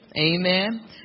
Amen